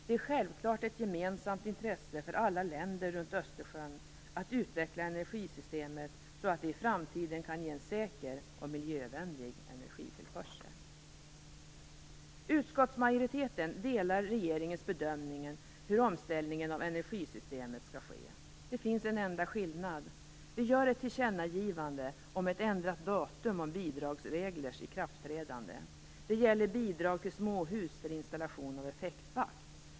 Det är självklart ett gemensamt intresse för alla länder runt Östersjön att energisystemet utvecklas så att det i framtiden kan ge en säker och miljövänlig energitillförsel. Utskottsmajoriteten delar regeringens bedömning hur omställningen av energisystemet skall ske. Det finns en enda skillnad: Vi gör ett tillkännagivande om ett ändrat datum om bidragsreglers ikraftträdande. Det gäller bidrag till småhus för installation av effektvakt.